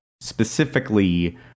Specifically